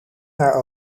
naar